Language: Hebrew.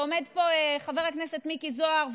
עומד פה חבר הכנסת מיקי זוהר,